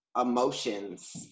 emotions